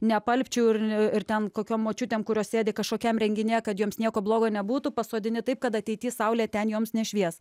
neapalpčiau ir ir ten kokiom močiutėm kurios sėdi kažkokiam renginyje kad joms nieko blogo nebūtų pasodini taip kad ateity saulė ten joms nešvies